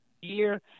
year